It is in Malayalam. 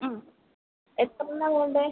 എത്രണ്ണമാണ് വേണ്ടത്